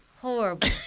horrible